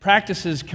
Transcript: Practices